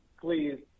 please